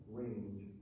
range